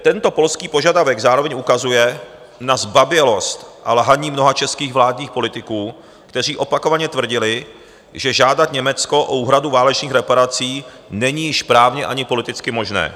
Tento polský požadavek zároveň ukazuje na zbabělost a lhaní mnoha českých vládních politiků, kteří opakovaně tvrdili, že žádat Německo o úhradu válečných reparací není již právně ani politicky možné.